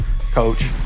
Coach